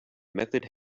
method